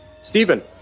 Stephen